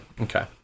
Okay